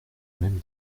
même